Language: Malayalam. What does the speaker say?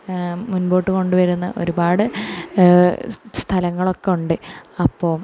മുൻപോട്ടു കൊണ്ടുവരുന്ന ഒരുപാട് സ്ഥലങ്ങൾ ഒക്കെ ഉണ്ട് അപ്പോൾ